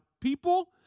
people